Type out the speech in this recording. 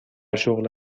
شغل